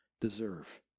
deserve